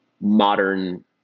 modern